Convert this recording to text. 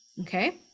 Okay